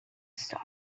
star